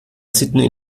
sydney